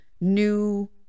new